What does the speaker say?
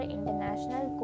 International